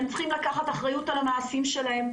והם צריכים לקחת אחריות על המעשים שלהם.